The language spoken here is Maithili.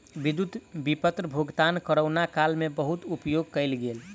विद्युत विपत्र भुगतान कोरोना काल में बहुत उपयोग कयल गेल